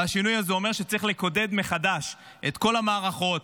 והשינוי הזה אומר שצריך לקודד מחדש את כל המערכות,